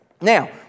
Now